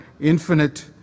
infinite